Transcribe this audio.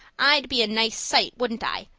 i'd be a nice sight, wouldn't i,